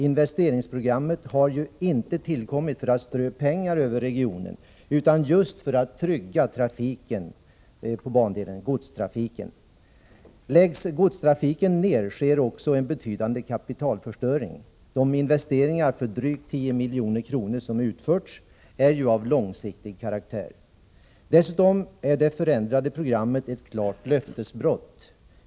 Investeringsprogrammet har ju inte tillkommit för att strö pengar över regionen utan just för att trygga godstrafiken på bandelen. Läggs godstrafiken ner, sker också en betydande kapitalförstöring. De investeringar för drygt 10 milj.kr. som gjorts är ju av långsiktig karaktär. Dessutom innebär det förändrade programmet ett klart löftesbrott.